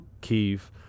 Keith